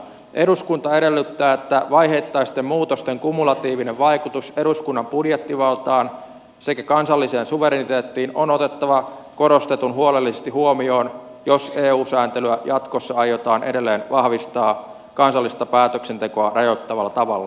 eduskunta edellyttää että vaiheittaisten muutosten kumulatiivinen vaikutus eduskunnan budjettivaltaan sekä kansalliseen suvereniteettiin on otettava korostetun huolellisesti huomioon jos eu sääntelyä jatkossa aiotaan edelleen vahvistaa kansallista päätöksentekoa rajoittavalla tavalla